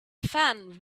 fan